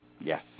Yes